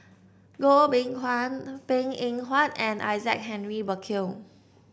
Goh Beng Kwan Png Eng Huat and Isaac Henry Burkill